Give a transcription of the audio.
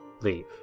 leave